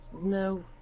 No